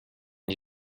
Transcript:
gli